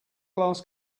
glass